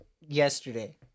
Yesterday